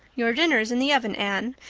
your dinner is in the oven, anne,